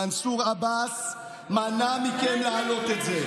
מנסור עבאס מנע מכם להעלות את זה.